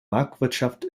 marktwirtschaft